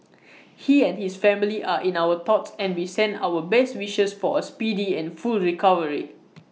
he and his family are in our thoughts and we send our best wishes for A speedy and full recovery